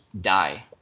die